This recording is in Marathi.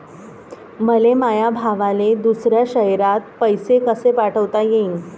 मले माया भावाले दुसऱ्या शयरात पैसे कसे पाठवता येईन?